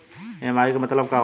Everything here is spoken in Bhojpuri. ई.एम.आई के मतलब का होला?